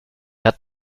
hat